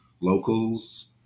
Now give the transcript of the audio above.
locals